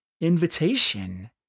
invitation